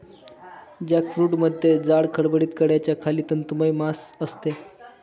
जॅकफ्रूटमध्ये जाड, खडबडीत कड्याच्या खाली तंतुमय मांस असते